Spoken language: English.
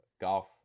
golf